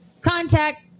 contact